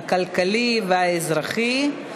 הכלכלי והאזרחי,